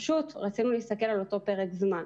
פשוט רצינו להסתכל על אותו פרק זמן,